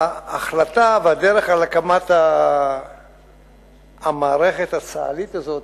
ההחלטה והדרך של הקמת המערכת הצה"לית הזאת,